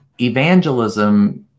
Evangelism